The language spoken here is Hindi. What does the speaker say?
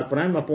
r r